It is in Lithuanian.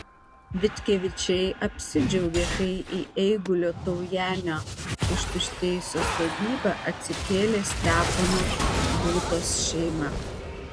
vitkevičiai apsidžiaugė kai į eigulio taujenio ištuštėjusią sodybą atsikėlė stepono būtos šeima